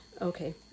Okay